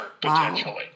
potentially